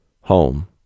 Home